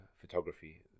photography